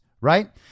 right